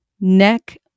neck